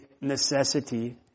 necessity